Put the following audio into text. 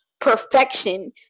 perfection